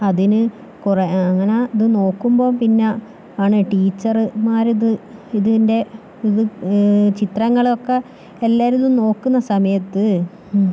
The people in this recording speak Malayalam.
അതിന് കുറെ അങ്ങനെ അത് നോക്കുമ്പോൾ പിന്നെ ആണ് ടീച്ചറ് മാരത് ഇതിൻ്റെ ഇത് ചിത്രങ്ങളൊക്കെ എല്ലാവരും ഒന്ന് നോക്കുന്ന സമയത്ത്